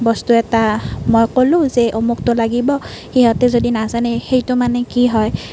বস্তু এটা মই কলোঁ যে অমুকটো লাগিব সিহঁতে যদি নাজানে সেইটো মানে কি হয়